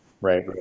Right